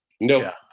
no